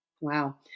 Wow